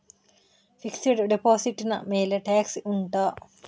fixed deposit ನ ಮೇಲೆ tax ಉಂಟಾ